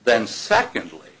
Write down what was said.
then secondly